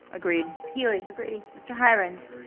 agreed. healy. agree. mr. hirons.